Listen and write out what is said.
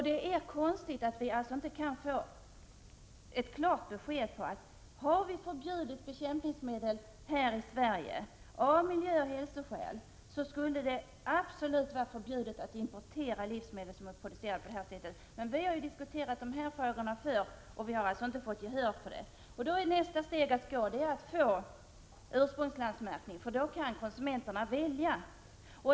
Det är konstigt att vi inte kan få ett klart besked i fråga om detta. Om vi har förbjudit bekämpningsmedel här i Sverige av miljöoch hälsoskäl, så skulle det vara absolut förbjudet att importera livsmedel som är producerade på detta sätt. Vi har diskuterat dessa frågor tidigare, men vi har inte fått gehör för våra krav. Nästa steg blir då att kräva ursprungslandsmärkning, eftersom konsumenterna då kan välja.